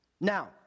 Now